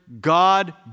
God